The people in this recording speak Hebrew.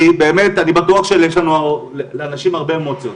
אני באמת, אני בטוח שיש לאנשים הרבה אמוציות.